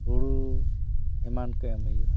ᱦᱩᱲᱩ ᱮᱢᱟᱱ ᱠᱚ ᱮᱢ ᱦᱩᱭᱩᱜᱼᱟ